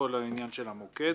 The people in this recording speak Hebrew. בכל העניין של המוקד.